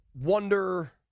wonder –